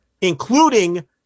including